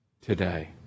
today